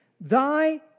Thy